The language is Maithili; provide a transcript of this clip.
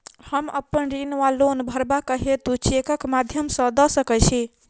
हम अप्पन ऋण वा लोन भरबाक हेतु चेकक माध्यम सँ दऽ सकै छी?